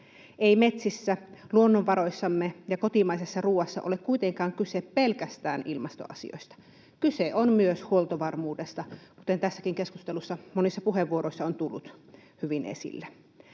Ei metsissä, luonnonvaroissamme ja kotimaisessa ruoassa ole kuitenkaan kyse pelkästään ilmastoasioista. Kyse on myös huoltovarmuudesta, kuten tässäkin keskustelussa monissa puheenvuoroissa on tullut hyvin esille.